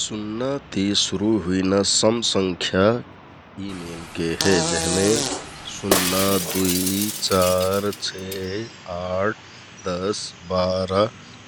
शुन्ना ति सुरु हुइना सम संख्या यि मेलके हे जेहमे शुन्ना, दुइ, चार, छे, आठ, दश, बारा,